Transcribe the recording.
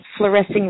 fluorescing